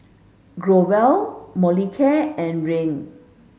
Growell Molicare and Rene